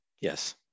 Yes